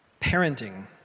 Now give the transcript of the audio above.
parenting